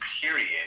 period